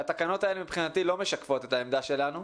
והתקנות האלה מבחינתי לא משקפות את העמדה שלנו.